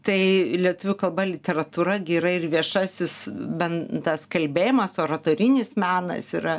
tai lietuvių kalba ir literatūra gi yra ir viešasis ben tas kalbėjimas oratorinis menas yra